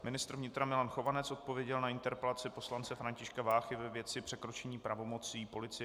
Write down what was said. Ministr vnitra Milan Chovanec odpověděl na interpelaci poslance Františka Váchy ve věci překročení pravomocí Policie ČR.